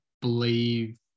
believe